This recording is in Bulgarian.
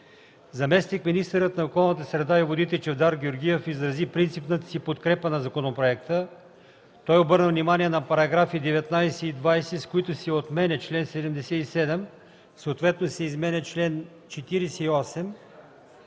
Заместник-министърът на околната среда и водите Чавдар Георгиев изрази принципната си подкрепа на законопроекта. Той обърна внимание на § 19 и 20, с които се отменя чл. 77, съответно се изменя чл. 48,